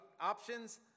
options